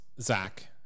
Zach